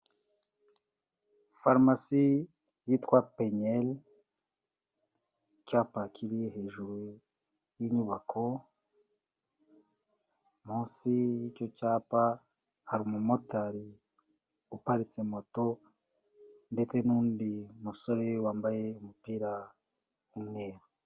Farmasy yitwa pnel cyapa kiri hejuru yinyubako munsi yicyo cyapa hari umumotari uparitse moto ndetse nu'ndi musore wambaye umupira umwe